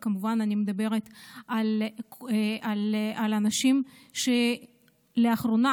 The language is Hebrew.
כמובן שאני מדברת על אנשים שרק לאחרונה